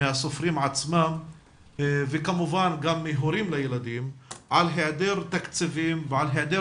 מהסופרים עצמם וכמובן גם מהורים לילדים על היעדר תקציבים ועל היעדר